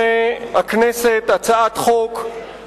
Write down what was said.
אתם עומדים באמצע מליאת הכנסת וזה מפריע לישיבה.